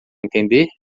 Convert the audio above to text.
entender